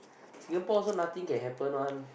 Singapore also nothing can happen one